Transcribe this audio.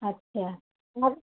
আচ্ছা না